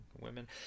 Women